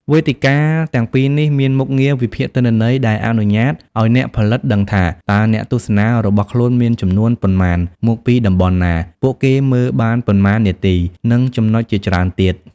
វេទិកាទាំងពីរនេះមានមុខងារវិភាគទិន្នន័យដែលអនុញ្ញាតឱ្យអ្នកផលិតដឹងថា តើអ្នកទស្សនារបស់ខ្លួនមានចំនួនប៉ុន្មាន មកពីតំបន់ណា ពួកគេមើលបានប៉ុន្មាននាទី និងចំណុចជាច្រើនទៀត។